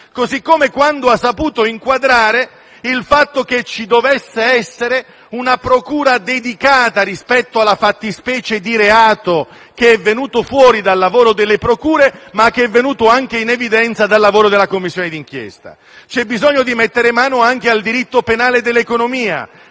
così come quando ha saputo inquadrare il fatto che ci dovesse essere una procura dedicata rispetto alla fattispecie di reato, come è venuto fuori dal lavoro delle procure ed è venuto anche in evidenza dal lavoro della Commissione d'inchiesta. C'è bisogno di mettere mano anche al diritto penale dell'economia,